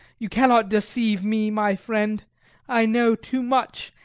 you cannot deceive me, my friend i know too much,